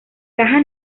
caja